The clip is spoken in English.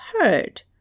heard